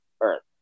Earth